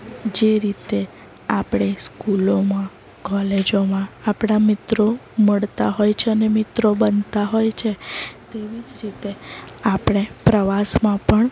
જે રીતે આપણે સ્કૂલોમાં કોલેજોમાં આપણા મિત્રો મળતા હોય છે અને મિત્રો બનતા હોય છે તેવી જ રીતે આપણે પ્રવાસમાં પણ